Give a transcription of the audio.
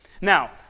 Now